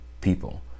people